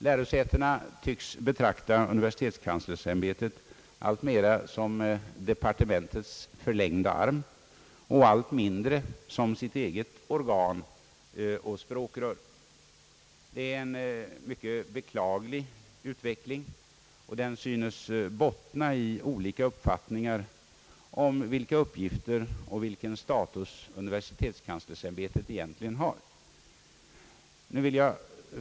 Läro sätena tycks betrakta universitetskanslersämbetet allt mera som departementets förlängda arm och allt mindre som sitt eget organ och språkrör. Det är en mycket beklaglig utveckling, och den synes bottna i olika uppfattningar om vilka uppgifter och vilken status universitetskanslersämbetet egentligen har.